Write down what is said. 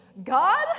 God